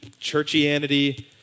churchianity